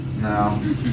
No